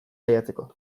saiatzeko